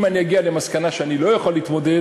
אם אני אגיע למסקנה שאני לא יכול להתמודד,